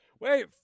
Wait